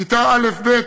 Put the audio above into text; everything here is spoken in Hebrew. כיתות א'-ב',